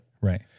Right